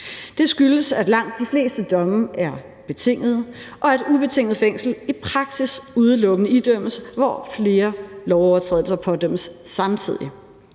Det skyldes, at langt de fleste domme er betingede, og at ubetinget fængsel i praksis udelukkende idømmes, hvor flere lovovertrædelser pådømmes samtidig.